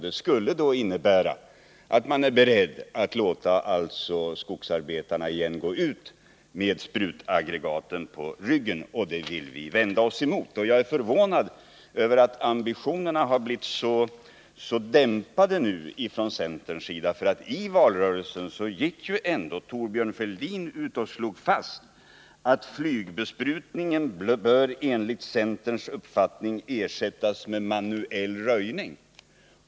Det skulle innebära att man åter är beredd att låta skogsarbetarna gå ut med sprutaggregaten på ryggen, vilket vi vill vända oss emot. Jag är förvånad över att ambitionerna nu blivit så dämpade från centerns sida. I valrörelsen gick ändå Thorbjörn Fälldin ut och fastslog att flygbesprutningen enligt centerns uppfattning bör ersättas med manuell röjning.